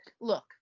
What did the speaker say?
look